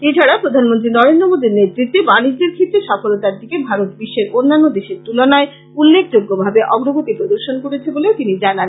এছাড়া প্রধানমন্ত্রী নরেন্দ্র মোদীর নেতৃত্বে বাণিজ্যের ক্ষেত্রে সফলতার দিকে ভারত বিশ্বের অন্যান্য দেশের তুলনায় উল্লেখযোগ্যভাবে অগ্রগতি প্রদর্শন করেছে বলেও তিনি জানান